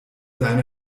sein